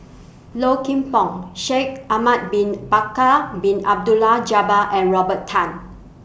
Low Kim Pong Shaikh Ahmad Bin Bakar Bin Abdullah Jabbar and Robert Tan